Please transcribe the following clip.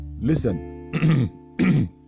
Listen